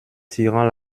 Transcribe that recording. tirant